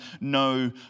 no